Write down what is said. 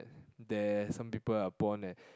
there some people are born at